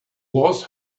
was